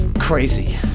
crazy